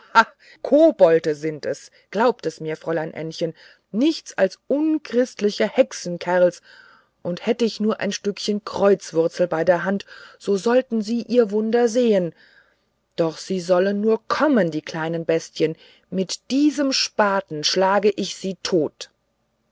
sind es glauben sie mir fräulein ännchen nichts als unchristliche hexenkerls und hätt ich nur ein stückchen kreuzwurzel bei der hand so sollten sie ihre wunder sehen doch sie sollen nur kommen die kleinen bestien mit diesem spaten schlage ich sie tot